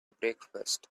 breakfast